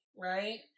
Right